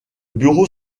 bureau